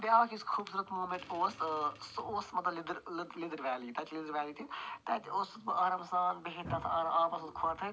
بیٛاکھ یُس خوٗبصوٗرت موٗمیٛنٛٹ اوس ٲں سُہ اوس مطلب لدٕر ویلی تَتہِ اوسُس بہٕ آرام سان بیہتھ تَتھ آبَس منٛز کھوٚر تھٲیِتھ